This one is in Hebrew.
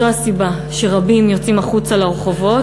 זו הסיבה שרבים יוצאים החוצה לרחובות,